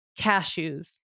cashews